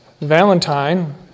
Valentine